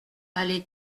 allée